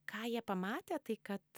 ką jie pamatė tai kad